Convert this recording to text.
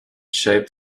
shaped